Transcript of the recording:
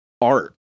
art